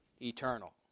eternal